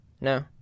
No